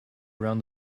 around